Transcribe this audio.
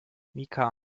mika